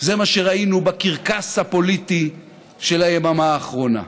זה מה שראינו בקרקס הפוליטי של היממה האחרונה.